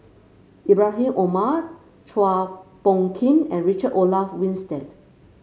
Ibrahim Omar Chua Phung Kim and Richard Olaf Winstedt